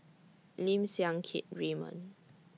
Lim Siang Keat Raymond